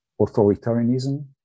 authoritarianism